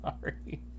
Sorry